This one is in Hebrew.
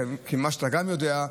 כמו שאתה גם יודע,